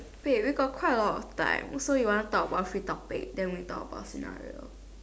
wait we got quite a lot of time so you want to talk about three topic then we talk about scenario